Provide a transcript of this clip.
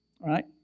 Right